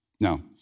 Now